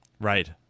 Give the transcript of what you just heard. Right